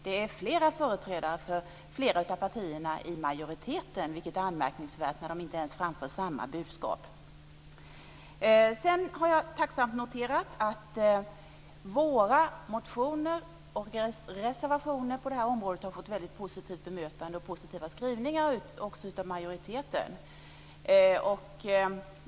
Det är flera företrädare för flera av partierna i majoriteten, vilket är anmärkningsvärt när de inte ens framför samma budskap. Sedan har jag tacksamt noterat att våra motioner och reservationer på det här området har fått ett positivt bemötande och positiva skrivningar också av majoriteten.